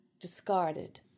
discarded